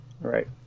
Right